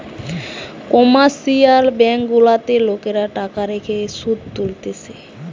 commercial bank গুলাতে লোকরা টাকা রেখে শুধ তুলতিছে